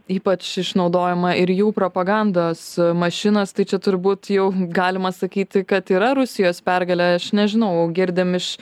ypač išnaudojama ir jų propagandos mašinos tai čia turbūt jau galima sakyti kad yra rusijos pergalė aš nežinau girdim iš